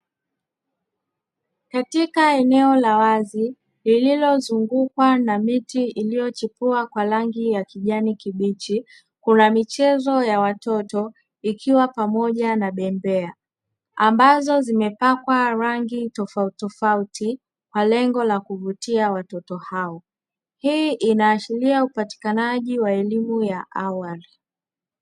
Katika eneo la wazi lililo zungukwa na miti iliyochipua kwa rangi ya kijani kibichi, kuna michezo ya watoto ikiwa pamoja na bembea ambazo zimepakwa rangi tofautitofauti kwa lengo la kuvutia watoto hao. Hii inaashiria upatikanaji wa elimu ya awali.